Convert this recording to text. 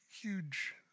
huge